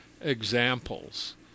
examples